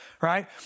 right